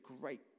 great